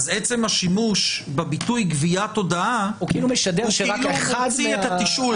עצם השימוש בביטוי גביית הודעה הוא כאילו מוציא את התשאול.